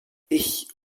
ich